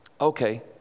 Okay